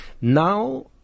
Now